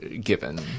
given